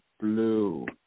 Blue